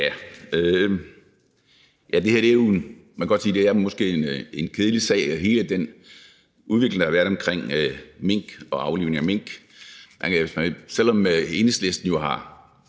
Jerup (EL): Man kan godt sige, at det her måske er en kedelig sag med hele den udvikling, der har været omkring mink og aflivning af mink. Selv om Enhedslisten jo